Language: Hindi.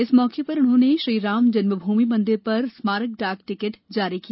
इस मौके पर उन्होंने श्रीराम जन्मभूमि मंदिर पर स्मारक डाक टिकट जारी किया